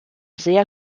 sehr